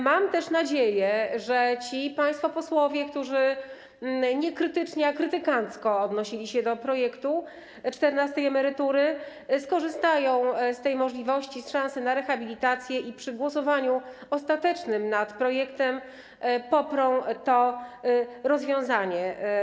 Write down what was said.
Mam też nadzieję, że ci państwo posłowie, którzy nie krytycznie, ale krytykancko odnosili się do projektu czternastej emerytury, skorzystają z tej możliwości, z szansy na rehabilitację i przy ostatecznym głosowaniu nad projektem poprą to rozwiązanie.